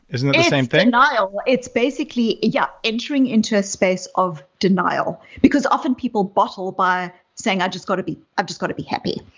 isn't that the same thing? it's basically. yeah, entering into a space of denial because often people bottle by saying, i've just got to be i've just got to be happy.